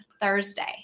Thursday